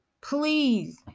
Please